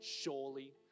surely